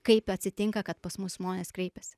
kaip atsitinka kad pas mus žmonės kreipiasi